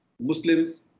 Muslims